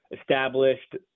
established